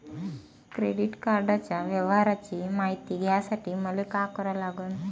Credit कार्डाच्या व्यवहाराची मायती घ्यासाठी मले का करा लागन?